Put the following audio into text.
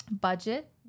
budget